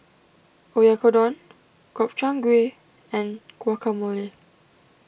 Oyakodon Gobchang Gui and Guacamole